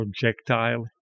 projectile